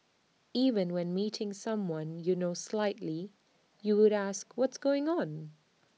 even when meeting someone you know slightly you would ask what's going on